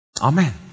Amen